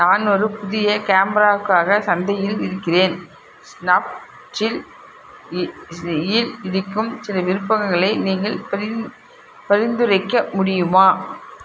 நான் ஒரு புதிய கேமராக்காக சந்தையில் இருக்கின்றேன் ஸ்னாப்டீல் இல் கிடைக்கும் சில விருப்பங்களை நீங்கள் பரிந் பரிந்துரைக்க முடியுமா